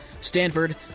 Stanford